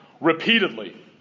repeatedly